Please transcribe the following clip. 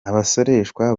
abasoreshwa